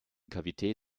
cavité